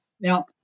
Now